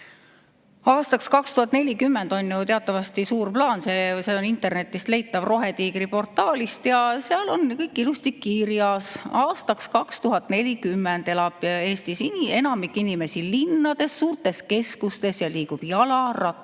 Aastaks 2040 on ju teatavasti suur plaan, see on leitav internetist Rohetiigri portaalist. Seal on kõik ilusti kirjas: aastaks 2040 elab Eestis enamik inimesi linnades või suurtes keskustes ja liigub jala, ratta